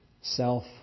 Self